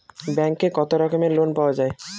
ব্যাঙ্কে কত রকমের লোন পাওয়া য়ায়?